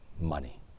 money